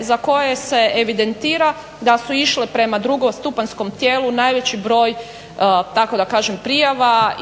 za koje se evidentira da su išle prema drugostupanjskom tijelu najveći broj tako da kažem prijava